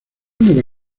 nueva